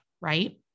right